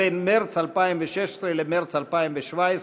בין מרס 2016 למרס 2017,